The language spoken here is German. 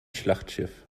schlachtschiff